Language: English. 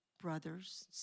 brothers